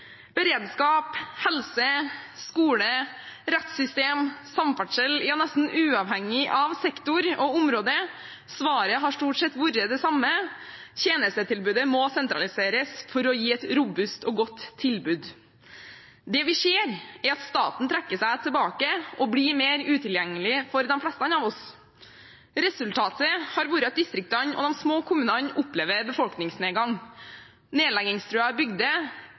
Beredskap, helse, skole, rettssystem, samferdsel, ja, nesten uavhengig av sektorer og områder, svaret har stort sett vært det samme: Tjenestetilbudet må sentraliseres for å gi et robust og godt tilbud. Det vi ser, er at staten trekker seg tilbake og blir mer utilgjengelig for de fleste av oss. Resultatet har vært at distriktene og de små kommunene opplever befolkningsnedgang. Nedleggingstruede bygder er